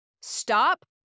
stop